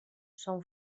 són